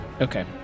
Okay